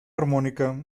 armónica